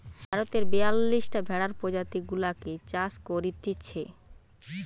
ভারতে বিয়াল্লিশটা ভেড়ার প্রজাতি গুলাকে চাষ করতিছে